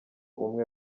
umwe